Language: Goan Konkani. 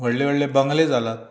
व्हडले व्हडले बंगले जाल्यात